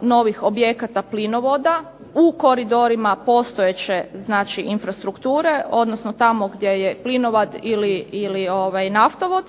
novih objekata plinovoda u koridorima postojeće znači infrastrukture, odnosno tamo gdje je plinovod ili naftovod,